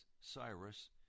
Cyrus